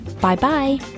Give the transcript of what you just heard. Bye-bye